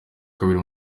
kabiri